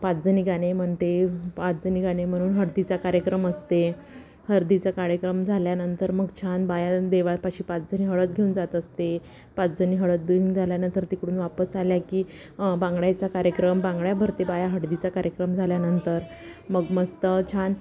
पाच जणी गाणे म्हणते पाच जणी गाणे म्हणून हळदीचा कार्यक्रम असते हळदीचा कार्यक्रम झाल्यानंतर मग छान बाया देवपाशी पाच जणी हळद घेऊन जात असते पाच जणी हळद देऊन झाल्यानंतर तिकडून वापस आल्या की बांगड्याचा कार्यक्रम बांगड्या भरते बाया हळदीचा कार्यक्रम झाल्यानंतर मग मस्त छान